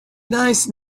nice